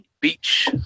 beach